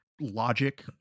Logic